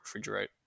refrigerate